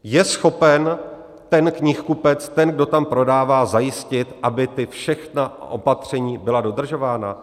Je schopen ten knihkupec, ten, kdo tam prodává, zajistit, aby všechna opatření byla dodržována?